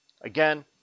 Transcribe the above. again